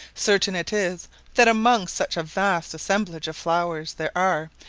certain it is that among such a vast assemblage of flowers, there are,